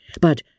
but